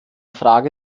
frage